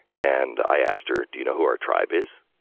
and i asked her, do you know who our tribe is?